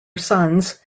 sons